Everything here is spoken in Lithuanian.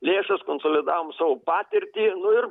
lėšas konsolidavom savo patirtį nu ir